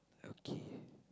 okay